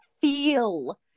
feel